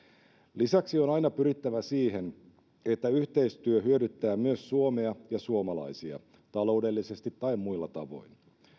lisäksi on aina pyrittävä siihen että yhteistyö hyödyttää myös suomea ja suomalaisia taloudellisesti tai muilla tavoin